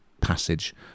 Passage